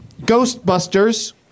Ghostbusters